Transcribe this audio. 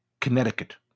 Connecticut